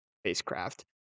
spacecraft